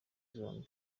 zombi